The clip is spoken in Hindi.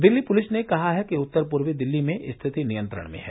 दिल्ली पुलिस ने कहा है कि उत्तर पूर्वी दिल्ली में स्थिति नियंत्रण में है